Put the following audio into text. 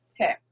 Okay